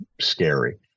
scary